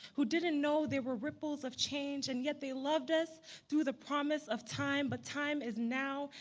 who didn't know there were ripples of change and yet they loved us through the promise of time. but time is now.